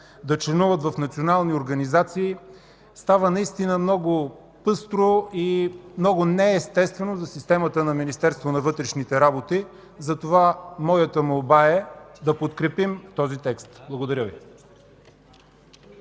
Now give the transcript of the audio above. да членуват в национални организации, става наистина много пъстро и много неестествено за системата на Министерството на вътрешните работи. Затова моята молба е да подкрепим този текст. Благодаря Ви.